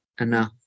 enough